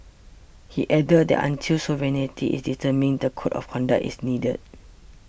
he added that until sovereignty is determined the Code of Conduct is needed